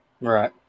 right